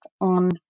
on